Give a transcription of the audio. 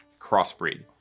crossbreed